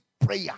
prayer